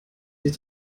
sich